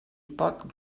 pot